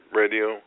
radio